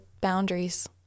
boundaries